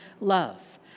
love